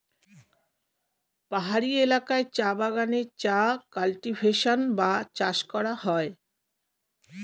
পাহাড়ি এলাকায় চা বাগানে চা কাল্টিভেশন বা চাষ করা হয়